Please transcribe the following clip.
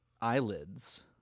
eyelids